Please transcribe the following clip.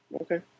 Okay